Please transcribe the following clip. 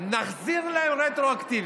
נחזיר להם רטרואקטיבית.